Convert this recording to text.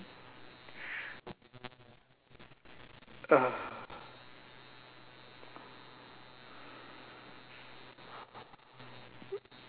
uh